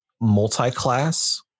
multi-class